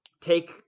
take